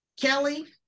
Kelly